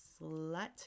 slut